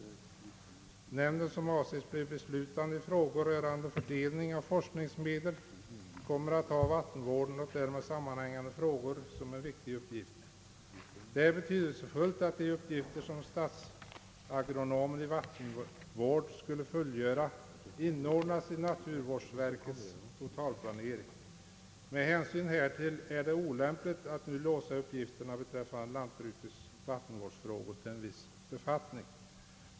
Nämnden, som avses bli beslutande i frågor rörande fördelning av forskningsmedel, kommer att ha vattenvården och därmed sammanhängande frågor som en viktig uppgift. Det är betydelsefullt att de uppgifter som statsagronomen i vattenvård skulle fullgöra inordnas i naturvårdsverkets totalplanering. Med hänsyn härtill är det olämpligt att låsa fast uppgifterna beträffande lantbrukets vattenvårdsfrågor till en viss befattning.